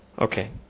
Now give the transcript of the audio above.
Okay